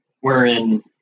wherein